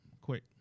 Quick